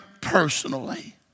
personally